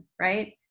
right